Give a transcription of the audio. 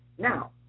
Now